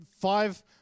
five